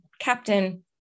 captain